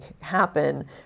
happen